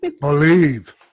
believe